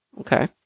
Okay